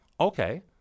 Okay